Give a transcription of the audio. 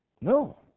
No